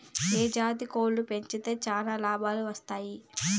ఏ జాతి కోళ్లు పెంచితే చానా లాభాలు వస్తాయి?